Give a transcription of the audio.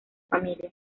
familia